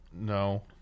no